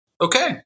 okay